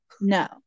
No